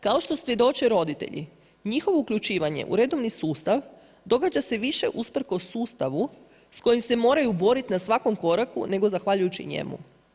Kao što svjedoče roditelji, njihovo uključivanje u redovni sustav, događa se više usprkos sustavu s kojim se moraju boriti na svakom koraku, nego zahvaljujući njemu.